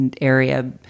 area